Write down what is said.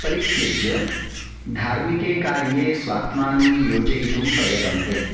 परित्यज्य धार्मिके कार्ये स्वात्मानं योजयितुं प्रयतन्ते